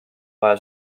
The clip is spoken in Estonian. vaja